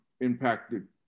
impacted